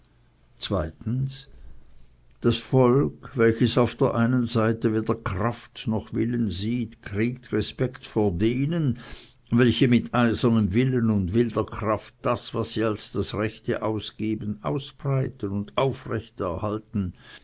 das volk welches auf der einen seite weder kraft noch willen sieht kriegt respekt vor denen welche mit eisernem willen und wilder kraft das was sie als das rechte ausgeben ausbreiten und aufrecht erhalten